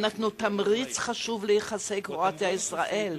הם נתנו תמריץ חשוב ליחסי קרואטיה ישראל.